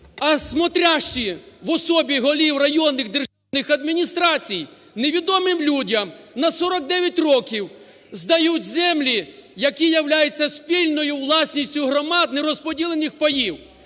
А смотрящіє в особі голів районних державних адміністрацій невідомим людям на 49 років здають землі, які являються спільною власністю громад нерозподілених паїв.